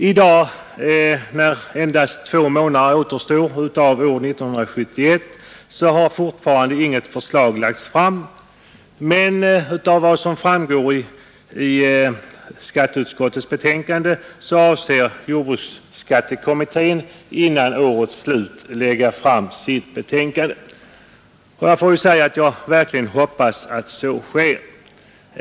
I dag när endast två månader återstår av år 1971 har fortfarande inget förslag lagts fram, men av vad som framgår av skatteutskottets betänkande avser jordbruksskattekommittén att före årets slut färdigställa sitt betänkande, och jag hoppas verkligen att så kommer att ske.